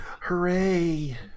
Hooray